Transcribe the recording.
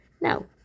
No